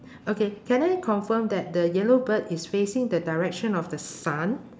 okay can I confirm that the yellow bird is facing the direction of the sun